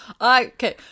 Okay